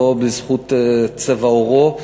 לא בזכות צבע עורו,